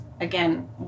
again